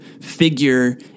figure